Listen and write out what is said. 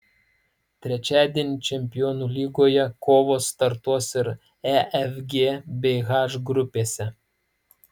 trečiadienį čempionų lygoje kovos startuos ir e f g bei h grupėse